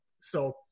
So-